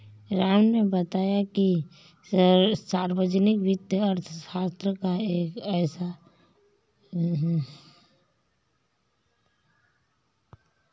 राम ने बताया कि सार्वजनिक वित्त अर्थशास्त्र का एक उपविषय है